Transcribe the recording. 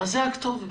זאת הכתובת.